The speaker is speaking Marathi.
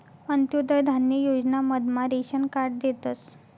अंत्योदय धान्य योजना मधमा रेशन कार्ड देतस